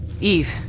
Eve